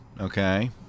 okay